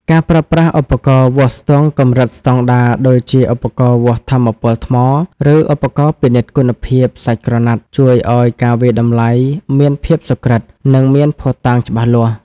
ការប្រើប្រាស់ឧបករណ៍វាស់ស្ទង់កម្រិតស្តង់ដារ ដូចជាឧបករណ៍វាស់ថាមពលថ្ម ឬឧបករណ៍ពិនិត្យគុណភាពសាច់ក្រណាត់ ជួយឱ្យការវាយតម្លៃមានភាពសុក្រឹត និងមានភស្តុតាងច្បាស់លាស់។